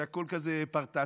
שהכול כזה פרטץ'.